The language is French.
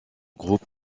groupe